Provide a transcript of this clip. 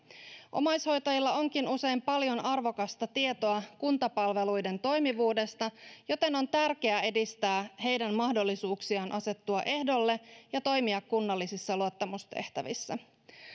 omaishoitajilla onkin usein paljon arvokasta tietoa kuntapalveluiden toimivuudesta joten on tärkeää edistää heidän mahdollisuuksiaan asettua ehdolle ja toimia kunnallisissa luottamustehtävissä